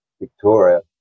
Victoria